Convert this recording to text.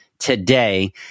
today